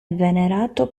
venerato